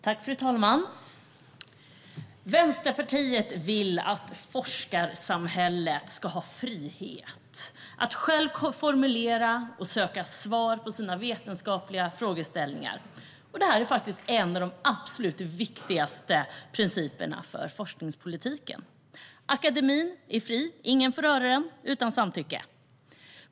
Fru talman! Vänsterpartiet vill att forskarsamhället ska ha frihet att självt formulera och söka svar på sina vetenskapliga frågeställningar. Detta är faktiskt en av de absolut viktigaste principerna för forskningspolitiken. Akademin är fri. Ingen får röra den utan samtycke.